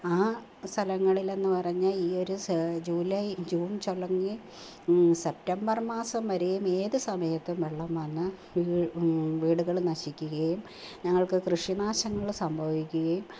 ആ സ്ഥലങ്ങളില്ലെന്നു പറഞ്ഞാൽ ഈയൊരു സ ജൂലൈ ജൂൺ ചൊലങ്ങി സെപ്റ്റംബർ മാസം വരെയും ഏതു സമയത്തും വെള്ളം വന്ന് വീ വീടുകൾ നശിക്കുകയും ഞങ്ങൾക്ക് കൃഷി നാശങ്ങൾ സംഭവിക്കുകയും